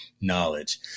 knowledge